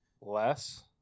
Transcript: Less